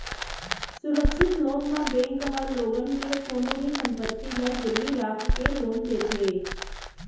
सुरक्छित लोन म बेंक ह लोगन के कोनो भी संपत्ति ल गिरवी राख के लोन देथे